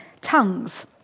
tongues